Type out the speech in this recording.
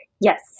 yes